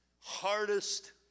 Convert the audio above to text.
hardest